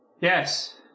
Yes